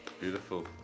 Beautiful